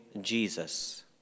Jesus